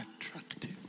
attractive